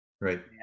Right